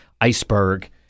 Iceberg